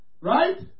right